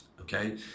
okay